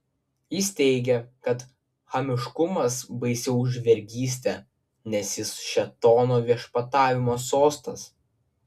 jis teigė kad chamiškumas baisiau už vergystę nes jis šėtono viešpatavimo sostas